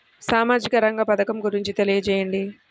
సామాజిక రంగ పథకం గురించి తెలియచేయండి?